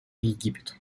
египет